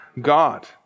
God